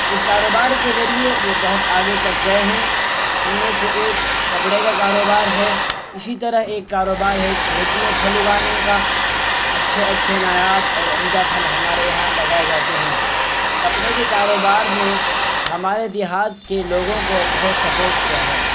اس کاروبار کے ذریعے وہ بہت آگے تک گئے ہیں ان میں سے ایک کپڑے کا کاروبار ہے اسی طرح ایک کاروبار ہے کھیت میں پھل اگانے کا اچھے اچھے نایاب اور عمدہ پھل ہمارے یہاں لگائے جاتے ہیں کپڑے کے کاروبار نے ہمارے دیہات کے لوگوں کو بہت سپوٹ کیا ہے